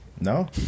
No